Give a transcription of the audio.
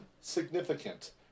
significant